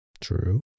True